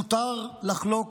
מותר לחלוק,